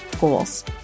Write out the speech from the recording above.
goals